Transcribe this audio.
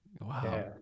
Wow